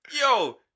yo